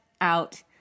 out